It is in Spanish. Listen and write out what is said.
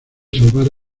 salvar